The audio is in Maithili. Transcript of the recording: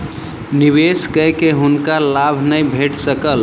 निवेश कय के हुनका लाभ नै भेट सकल